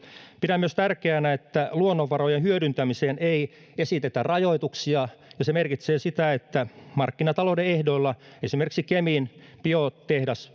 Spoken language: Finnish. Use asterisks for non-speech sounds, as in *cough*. pidän myös tärkeänä että luonnonvarojen hyödyntämiseen ei esitetä rajoituksia ja se merkitsee sitä että markkinatalouden ehdoilla esimerkiksi kemin biotehdas *unintelligible*